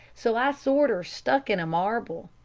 so i sorter stuck in a marble.